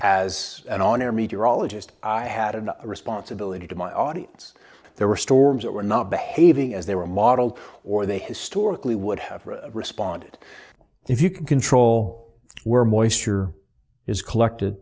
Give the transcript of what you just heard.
as an on air meteorologist i had a responsibility to my audience there were storms that were not behaving as they were modeled or they historically would have responded if you can control where moisture is collected